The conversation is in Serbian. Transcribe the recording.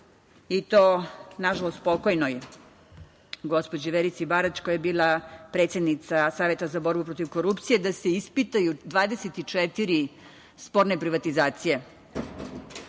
i to nažalost pokojnoj gospođi Verici Barać koja je bila predsednica Saveta za borbu protiv korupcije, da se ispitaju 24 sporne privatizacije.